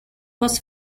was